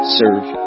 serve